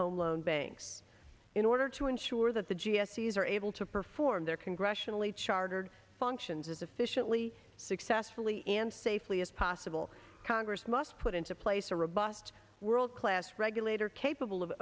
home loan banks in order to ensure that the g s these are able to perform their congressionally chartered functions as efficiently successfully and safely as possible congress must put into place a robust worldclass regulator capable of